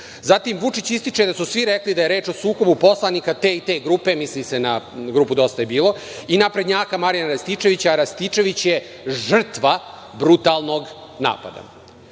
Vučić ističe da su svi rekli da je reč o sukobu poslanika te i te grupe, misli se na grupu DJB i naprednjaka Marijana Rističevića, a Rističević je žrtva brutalnog napada. Pitanje